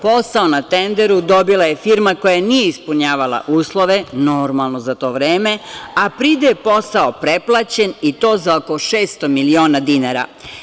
Posao na tenderu dobila je firma koja nije ispunjavala uslove, normalno za to vreme, a pride je posao pretplaćen i to za oko 600 miliona dinara.